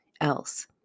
else